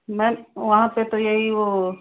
ma'am वहाँ पर तो यही वह